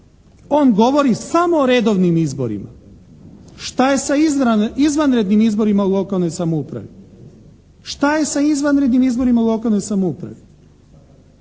On govori samo o redovnim izborima. Šta je sa izvanrednim izborima u lokalnoj samoupravi? Da li tada nema ovih odredbi o primopredaji